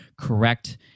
correct